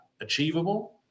achievable